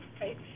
Right